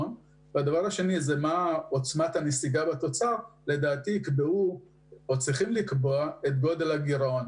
רמת הנסיגה בתוצר לדעתי יקבעו את גודל הגירעון.